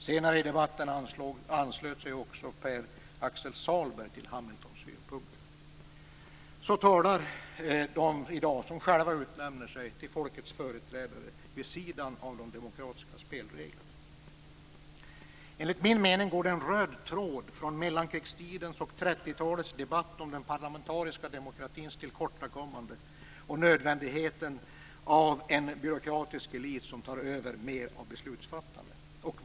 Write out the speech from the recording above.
Senare i debatten anslöt sig Pär-Axel Sahlberg till Carl B Hamiltons synpunkter. Så talar de i dag som själva utnämner sig till folkets företrädare vid sidan av de demokratiska spelreglerna. Enligt min mening går det en röd tråd från mellankrigstidens och 30-talets debatt om den parlamentariska demokratins tillkortakommanden och nödvändigheten av en byråkratisk elit som tar över mer av beslutsfattandet.